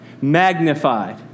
magnified